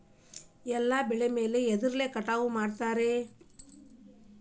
ಎಲ್ಲ ಬೆಳೆ ಎದ್ರಲೆ ಕಟಾವು ಮಾಡ್ತಾರ್?